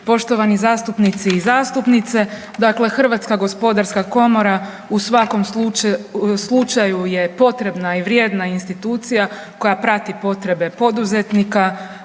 poštovani zastupnici i zastupnice. Dakle, HGK u svakom slučaju je potrebna i vrijedna institucija koja prati potrebe poduzetnika,